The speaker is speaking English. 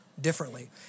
differently